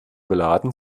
beladen